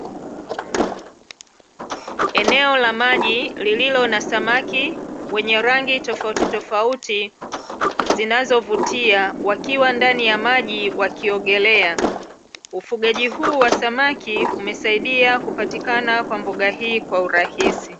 Eneo la maji lililo na samaki wenye rangi tofauti tofauti zinazovutia wakiwa ndani ya maji wakiogelea. Ufugaji huu wa samaki umesaidia kupatikana kwa mboga hii kwa urahisi.